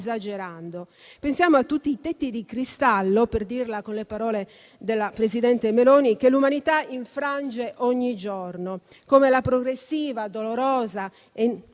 esagerando. Pensiamo a tutti i tetti di cristallo - per dirla con le parole della presidente Meloni - che l'umanità infrange ogni giorno, come la progressiva, dolorosa e